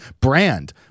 brand